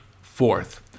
Fourth